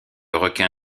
requin